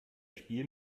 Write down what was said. spiel